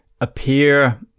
appear